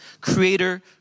Creator